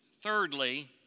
thirdly